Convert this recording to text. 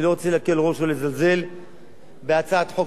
אני לא רוצה להקל ראש ולזלזל בהצעת חוק